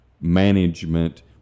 management